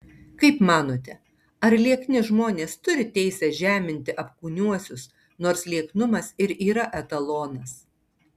kaip manote ar liekni žmonės turi teisę žeminti apkūniuosius nors lieknumas ir yra etalonas